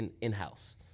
in-house